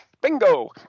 Bingo